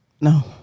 No